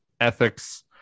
ethics